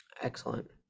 Excellent